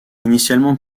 initialement